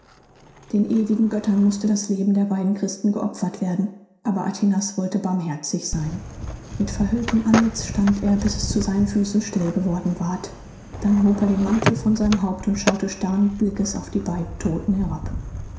den ewigen göttern mußte das leben der beiden christen geopfert werden aber atinas wollte barmherzig sein mit verhülltem antlitz stand er bis es zu seinen füßen still geworden ward dann hob er den mantel von seinem haupt und schaute starren blickes auf die beiden todten herab